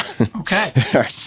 okay